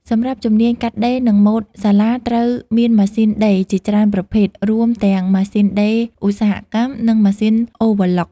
សម្រាប់ជំនាញ កាត់ដេរនិងម៉ូដ សាលាត្រូវមានម៉ាស៊ីនដេរជាច្រើនប្រភេទ រួមទាំងម៉ាស៊ីនដេរឧស្សាហកម្មនិងម៉ាស៊ីនអូវើឡុក។